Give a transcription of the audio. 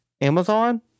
Amazon